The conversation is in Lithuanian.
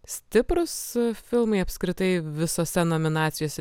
stiprūs filmai apskritai visose nominacijose